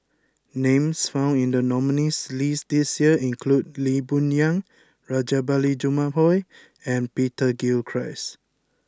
Names found in the nominees' list this year include Lee Boon Yang Rajabali Jumabhoy and Peter Gilchrist